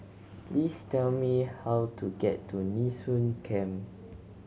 please tell me how to get to Nee Soon Camp